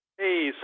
hey